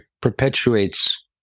perpetuates